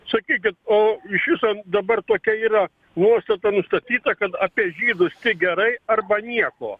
sakykit o iš viso dabar tokia yra nuostata nustatyta kad apie žydus tik gerai arba nieko